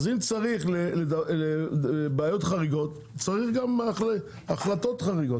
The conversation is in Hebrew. אז אם צריך בעיות חריגות, צריך גם החלטות חריגות.